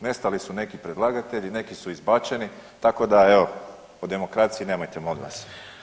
Nestali su neki predlagatelji, neki su izbačeni, tako da evo, o demokraciji nemojte, molim vas.